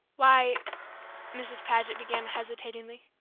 why mrs. paget began, hesitatingly.